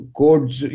codes